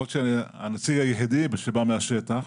יכול להיות שאני הנציג היחיד שבא מהשטח.